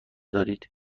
دارید